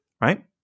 right